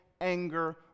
anger